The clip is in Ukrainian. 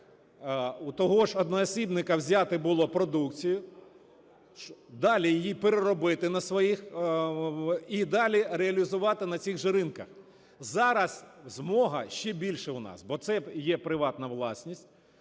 у того ж одноосібника взяти було продукцію, далі її переробити на своїх… і далі реалізувати на цих же ринках. Зараз змога ще більша у нас, бо це є приватна власність.